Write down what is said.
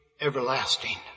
everlasting